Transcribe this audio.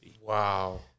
Wow